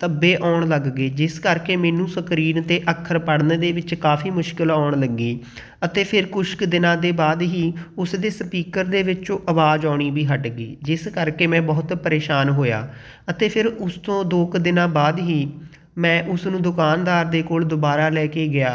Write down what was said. ਧੱਬੇ ਆਉਣ ਲੱਗ ਗਏ ਜਿਸ ਕਰਕੇ ਮੈਨੂੰ ਸਕਰੀਨ 'ਤੇ ਅੱਖਰ ਪੜ੍ਹਨ ਦੇ ਵਿੱਚ ਕਾਫੀ ਮੁਸ਼ਕਿਲ ਆਉਣ ਲੱਗੀ ਅਤੇ ਫਿਰ ਕੁਛ ਕੁ ਦਿਨਾਂ ਦੇ ਬਾਅਦ ਹੀ ਉਸ ਦੇ ਸਪੀਕਰ ਦੇ ਵਿੱਚੋਂ ਆਵਾਜ਼ ਆਉਣੀ ਵੀ ਹਟ ਗਈ ਜਿਸ ਕਰਕੇ ਮੈਂ ਬਹੁਤ ਪਰੇਸ਼ਾਨ ਹੋਇਆ ਅਤੇ ਫਿਰ ਉਸ ਤੋਂ ਦੋ ਕੁ ਦਿਨਾਂ ਬਾਅਦ ਹੀ ਮੈਂ ਉਸ ਨੂੰ ਦੁਕਾਨਦਾਰ ਦੇ ਕੋਲ ਦੁਬਾਰਾ ਲੈ ਕੇ ਗਿਆ